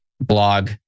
blog